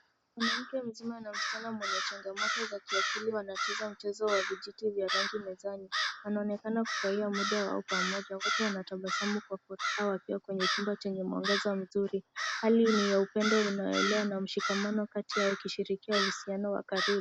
Mwanamke mzima na msichana mwenye changamoto za kiakili wanacheza mchezo wa vijiti vya rangi mezani. Wanaonekana nafurahia mda wao pamoja wakati wanatabasamu kwa furaha wakiwa kwenye chumba chenye mwangaza mzuri. Hali ni ya upendo unaoelewa na ushikamano kati yao wakishiriki uhusiano wa karibu.